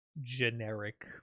generic